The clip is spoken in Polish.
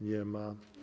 Nie ma.